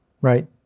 Right